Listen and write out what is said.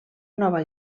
nova